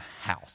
house